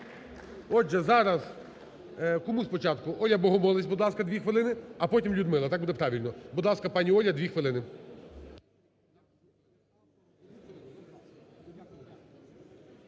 Отже, зараз… Кому спочатку? Оля Богомолець, будь ласка, 2 хвилини, а потім – Людмила, так буде правильно. Будь ласка, пані Оля, 2 хвилини.